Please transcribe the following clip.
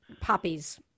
poppies